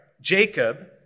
Jacob